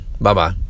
Bye-bye